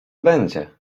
będzie